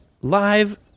live